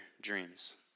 dreams